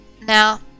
Now